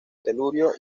telurio